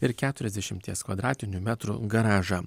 ir keturiasdešimties kvadratinių metrų garažą